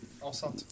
Enceinte